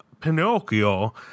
pinocchio